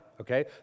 okay